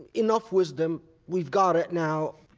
and enough wisdom. we've got it now.